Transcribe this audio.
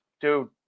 dude